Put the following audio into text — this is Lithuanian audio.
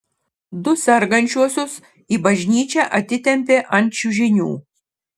du sergančiuosius į bažnyčią atitempė ant čiužinių